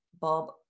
Bob